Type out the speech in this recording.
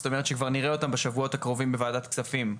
זאת אומרת שכבר נראה אותן בשבועות הקרובים בוועדת הכספים,